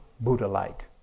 Buddha-like